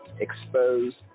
exposed